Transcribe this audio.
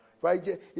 Right